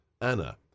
Anna